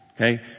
Okay